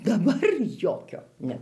dabar jokio ne